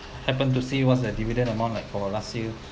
happen to see what's the dividend amount like for last year